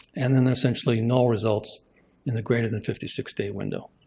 and then then essentially null results in the greater than fifty six day window